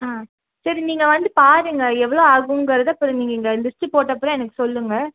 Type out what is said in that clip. ஆ சரி நீங்கள் வந்து பாருங்க எவ்வளோ ஆகுங்கிறத அப்புறம் நீங்கள் இங்கே லிஸ்ட்டு போட்ட அப்புறம் எனக்கு சொல்லுங்கள்